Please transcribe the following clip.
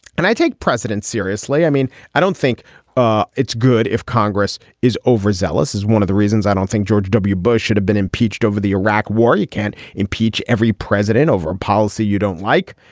and i take president seriously. i mean, i don't think ah it's good if congress is overzealous is one of the reasons i don't think george w. bush should have been impeached over the iraq war. you can't impeach every president over and policy you don't like.